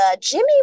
jimmy